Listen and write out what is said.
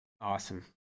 Awesome